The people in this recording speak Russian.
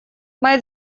моя